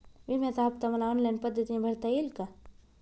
विम्याचा हफ्ता मला ऑनलाईन पद्धतीने भरता येईल का?